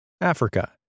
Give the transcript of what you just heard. Africa